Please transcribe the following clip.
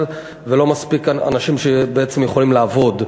ולא מספיק אנשים שבעצם יכולים לעבוד.